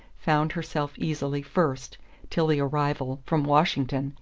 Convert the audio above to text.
found herself easily first till the arrival, from washington,